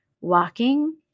walking